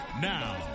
Now